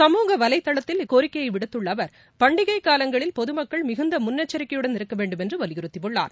சமூக வலைதளத்தில் இக்கோரிக்கையைவிடுத்துள்ளஅவர் பண்டிகைகாலங்களில் பொதுமக்கள் மிகுந்தமுன்னெச்சரிக்கையுட்ன இருக்கவேண்டும் என்றுவலியுறுத்தியுள்ளார்